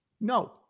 no